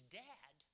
dad